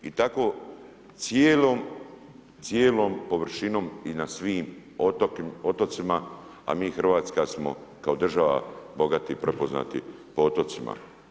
I tako cijelom površinom i na svim otocima, a mi Hrvatska smo kao država bogati i prepoznati po otocima.